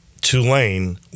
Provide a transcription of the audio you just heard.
Tulane